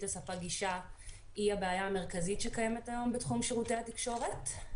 לספק גישה היא הבעיה המרכזית שקיימת היום בתחום שירותי התקשורת.